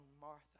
Martha